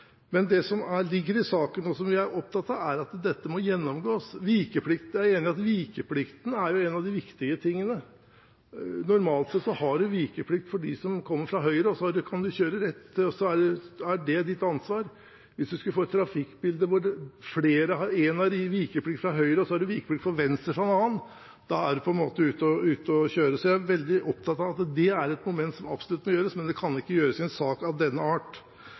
som ligger i saken, og som vi er opptatt av, er at dette må gjennomgås. Jeg er enig i at vikeplikten er en av de viktige tingene. Normalt sett har man vikeplikt for dem som kommer fra høyre – det ansvaret har man. Hvis man skulle få et trafikkbilde hvor én har vikeplikt fra høyre og en annen har vikeplikt fra venstre, er man på en måte ute å kjøre. Så jeg er veldig opptatt av at dette er et moment som absolutt bør gjennomgås, men det kan ikke gjøres i en sak av denne art.